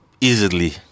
easily